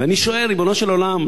ואני שואל: ריבונו של עולם,